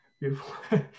beautiful